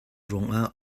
ruangah